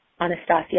Anastasia